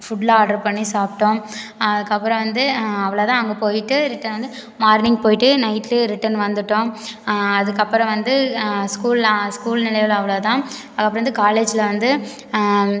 ஃபுடெலாம் order பண்ணி சாப்பிட்டோம் அதுக்கப்புறம் வந்து அவ்வளோதான் அங்கே போய்விட்டு ரிட்டன் வந்து மார்னிங் போய்விட்டு நைட்டு ரிட்டன் வந்துவிட்டோம் அதுக்கப்புறம் வந்து ஸ்கூலில் ஸ்கூல் நினைவுகள் அவ்வளோதான் அதுக்கப்புறம் வந்து காலேஜ்ஜில் வந்து